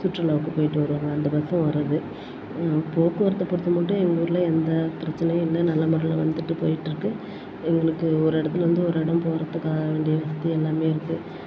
சுற்றுலாவுக்கு போய்விட்டு வருவாங்க அந்த பஸ்ஸும் வருது போக்குவரத்தை பொறுத்த மட்டும் எங்கள் ஊரில் எந்த பிரச்சனையும் இல்லை நல்ல முறையில் வந்துவிட்டு போய்ட்ருக்கு எங்களுக்கு ஒரு இடத்துலேந்து ஒரு இடம் போகிறத்துக்கு வேண்டிய வசதி எல்லாமே இருக்குது